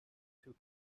two